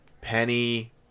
Penny